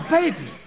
baby